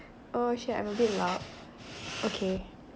oh shit I'm a bit loud okay